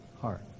heart